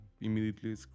immediately